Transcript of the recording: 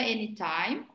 Anytime